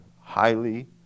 highly